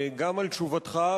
גם על תשובתך,